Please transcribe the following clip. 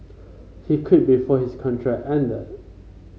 he quit before his contract ended